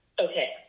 Okay